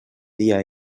dia